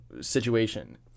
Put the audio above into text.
situation